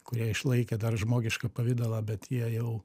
kurie išlaikė dar žmogišką pavidalą bet jie jau